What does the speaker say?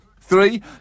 Three